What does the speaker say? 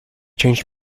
changed